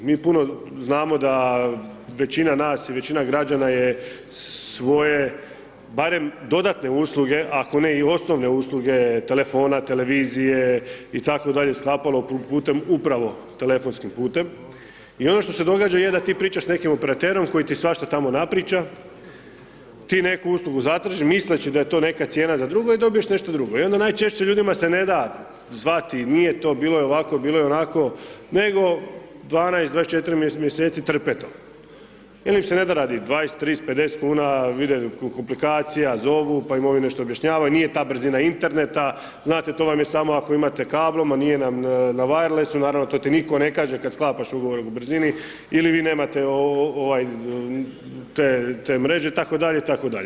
Mi puno znamo da većina nas i većina građana je svoje barem dodatne usluge ako ne i osnovne usluge telefona, televizije itd., sklapalo putem upravo telefonskim putem i ono što se događa je da ti pričaš s nekim operaterom koji ti svašta tamo napriča, ti neku uslugu zatražiš misleći da je to neka cijena za drugo i dobiješ nešto drugo i onda najčešće ljudima se ne da zvati, nije to bilo, bilo je ovako, bilo je onako nego 12, 24 mj. trpe to jer im se ne da radi 20, 30, 50 kuna vide komplikaciju zovu, pa im oni nešto objašnjavaju, nije ta brzina interneta, znate to vam je samo ako imate kabel, nije nam na wirelessu, naravno to ti nitko ne kaže kad sklapaš ugovor o brzini ili vi nemate te mreže itd., itd.